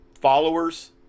followers